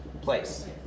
place